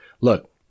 look